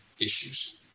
issues